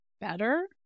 better